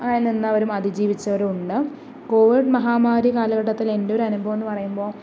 അങ്ങനെ നിന്നവരും അതിജീവിച്ചവരും ഉണ്ട് കോവിഡ് മഹാമാരി കാലഘട്ടത്തിൽ എൻ്റെ ഒരു അനുഭവമെന്നു പറയുമ്പോൾ